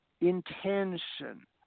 intention